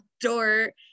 door